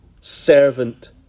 servant